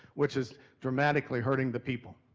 which is dramatically hurting the people.